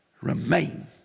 Remain